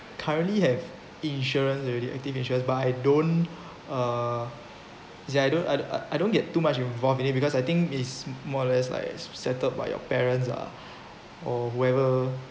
currently have insurance already active insurance but I don't uh I don't I I don't get too much involved in it because I think is more or less like set~ settled by your parents lah or whoever